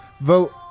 vote